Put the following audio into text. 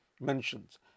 mentions